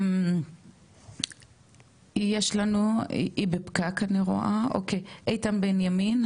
יש לנו איתן בנימין,